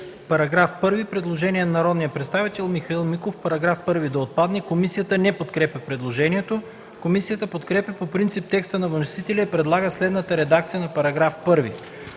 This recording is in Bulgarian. е постъпило предложение от народния представител Михаил Миков –§ 1 да отпадне. Комисията не подкрепя предложението. Комисията подкрепя по принцип текста на вносителя и предлага следната редакция на § 1: „§ 1.